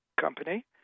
company